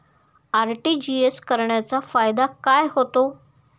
RTGS करण्याचा फायदा काय होतो?